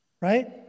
Right